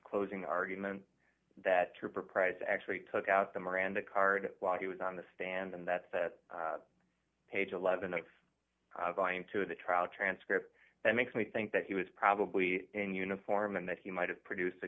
closing argument that trooper pryce actually took out the miranda card while he was on the stand and that's it page eleven of going to the trial transcript that makes me think that he was probably in uniform and that he might have produced a